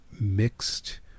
mixed